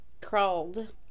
crawled